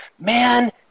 man